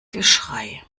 geschrei